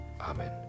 Amen